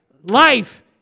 Life